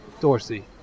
Dorsey